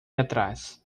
atrás